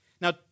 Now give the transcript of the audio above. Now